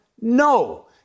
No